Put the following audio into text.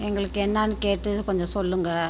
எங்களுக்கு என்னெனு கேட்டு கொஞ்சம் சொல்லுங்கள்